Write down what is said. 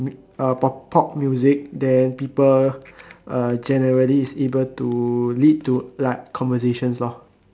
uh p~ pop music then people uh generally is able to lead to like conversations lor